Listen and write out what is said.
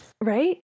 right